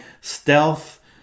stealth